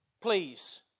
Please